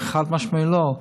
חד-משמעית לא.